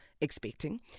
expecting